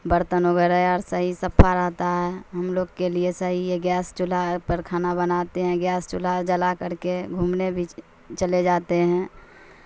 برتن وغیرہ اور صحیح صاف رہتا ہے ہم لوگ کے لیے صحیح ہے گیس چولہا یہ پر کھانا بناتے ہیں گیس چولہا جلا کر کے گھومنے بھی چلے جاتے ہیں